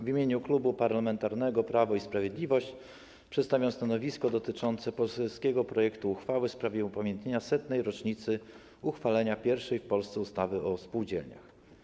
W imieniu Klubu Parlamentarnego Prawo i Sprawiedliwość przedstawiam stanowisko wobec poselskiego projektu uchwały w sprawie upamiętnienia setnej rocznicy uchwalenia pierwszej w Polsce ustawy o spółdzielniach.